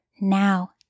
now